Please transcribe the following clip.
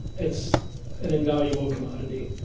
it's an invaluable commodity.